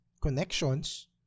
connections